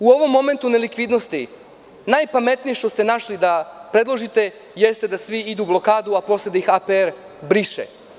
U ovom momentu nelikvidnosti najpametnije što ste našli da predložite jeste da svi idu u blokadu, a posle da ih APR briše.